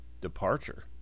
departure